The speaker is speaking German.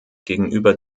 gegenüber